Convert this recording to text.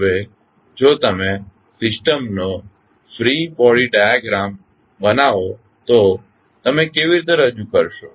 હવે જો તમે સિસ્ટમનો ફ્રી બોડી ડાયાગ્રામ બનાવો તો તમે કેવી રીતે રજૂ કરશો